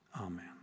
Amen